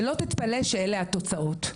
שלא תתפלא שאלה התוצאות.